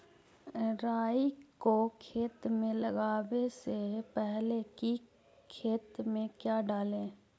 राई को खेत मे लगाबे से पहले कि खेत मे क्या डाले?